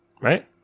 right